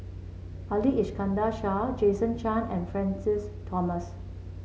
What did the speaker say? Ali Iskandar Shah Jason Chan and Francis Thomas